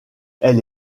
elle